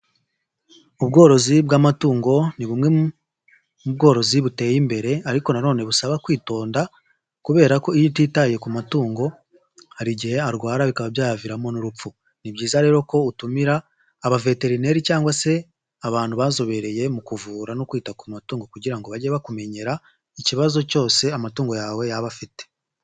Ubworozi bw'amatungo ni bumwe mu bworozi buteye imbere ariko nanone busaba kwitonda kubera ko iyo utitaye ku matungo hari igihe arwara bikaba byayaviramo n'urupfu, ni byiza rero ko utumira abaveterineri cyangwa se abantu bazobereye mu kuvura no kwita ku matungo kugira ngo bajye bakumenyera ikibazo cyose amatungo yawe yaba afite.